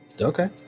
Okay